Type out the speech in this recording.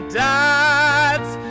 dads